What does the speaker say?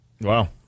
Wow